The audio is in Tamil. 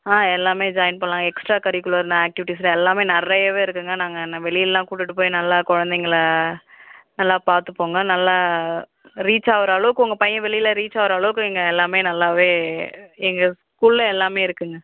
ஆ எல்லாமே ஜாயின் பண்ணலாம் எக்ஸ்ட்டா கரிக்குலர் ஆக்டிவிட்டிஸ்ஸில் எல்லாமே நிறையவே இருக்குதுங்க நாங்கள் வெளிலெலாம் கூட்டுகிட்டு போய் நல்லா குழந்தைங்கள நல்லா பார்த்துப்போங்க நல்லா ரீச் ஆகுற அளவுக்கு உங்கள் பையன் வெளியில் ரீச் ஆகுற அளவுக்கு இங்கே எல்லாமே நல்லாவே எங்கள் ஸ்கூல்லில் எல்லாமே இருக்குதுங்க